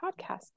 podcast